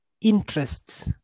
interests